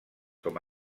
com